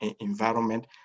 environment